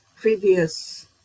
previous